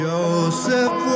Joseph